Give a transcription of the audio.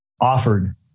offered